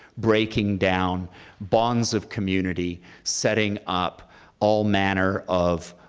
breaking down bonds of community, setting up all manner of